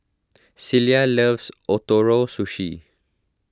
Cilla loves Ootoro Sushi